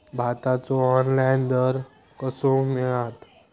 भाताचो ऑनलाइन दर कसो मिळात?